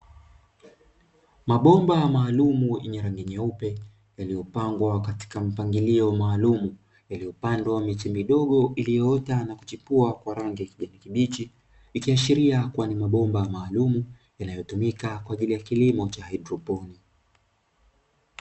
Mabomba maalum ambayo ni meupe yamepangiliwa katika mpangilio maalumu iliyopandwa miti midogo iliyoota na kuchipua kwa rangi ya kijani kibichi, ikiashiria kuwa ni mabomba maalumu inayotumika kwa ajili ya kilimo cha haidroponi.